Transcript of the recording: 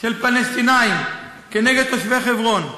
של פלסטינים כנגד תושבי חברון.